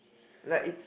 like its